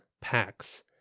packs